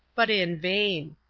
but in vain.